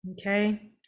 okay